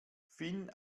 finn